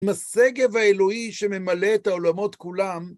עם השגב האלוהי שממלא את העולמות כולם